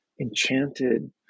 enchanted